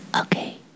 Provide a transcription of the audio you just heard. Okay